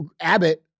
Abbott